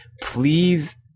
please